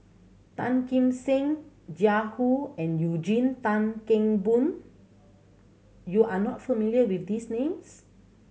Tan Kim Seng Jiang Hu and Eugene Tan Kheng Boon you are not familiar with these names